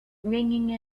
ringing